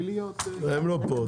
הם לא פה.